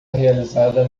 realizada